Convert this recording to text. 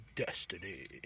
destiny